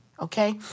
okay